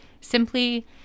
simply